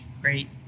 great